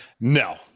No